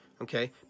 okay